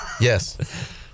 Yes